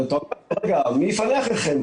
כשאתה שואל: רגע, מי יפנה אחריכם?